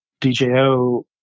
DJO